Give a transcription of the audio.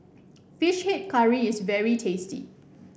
fish head curry is very tasty